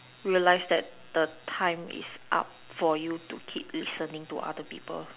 realize that the time is up for you to keep listening to people